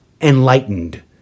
enlightened